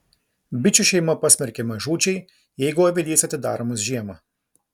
bičių šeima pasmerkiama žūčiai jeigu avilys atidaromas žiemą